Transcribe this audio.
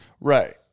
right